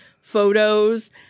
photos